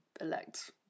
elect